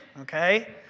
okay